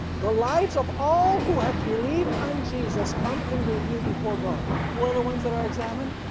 the lives of all who have believed on jesus come in review before god. who are the ones that are examined?